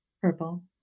purple